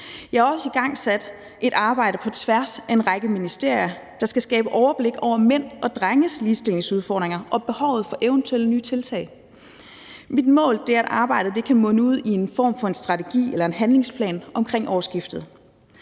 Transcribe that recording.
Jeg har også igangsat et arbejde på tværs af en række ministerier, der skal skabe overblik over mænd og drenges ligestillingsudfordringer og behovet for eventuelle nye tiltag. Mit mål er, at arbejdet kan munde ud i en form for en strategi eller en handlingsplan omkring årsskiftet,